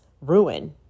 ruin